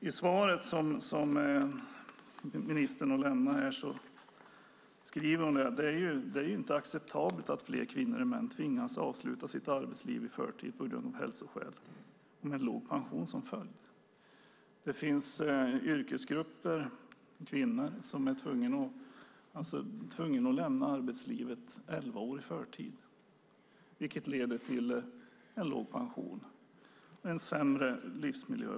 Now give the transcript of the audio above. I svaret som ministern har lämnat här säger hon att det inte är acceptabelt att fler kvinnor än män tvingas avsluta sitt arbetsliv i förtid av hälsoskäl och med låg pension som följd. Det finns i yrkesgrupper kvinnor som är tvungna att lämna arbetslivet elva år i förtid, vilket leder till en låg pension och också en sämre livsmiljö.